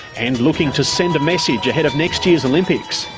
and looking to send a message ahead of next year's olympics.